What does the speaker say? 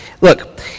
look